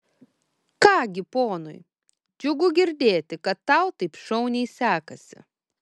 ką gi ponui džiugu girdėti kad tau taip šauniai sekasi